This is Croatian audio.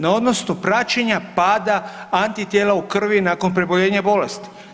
Na odnosu praćenja pada antitijela u krvi nakon preboljenja bolesti.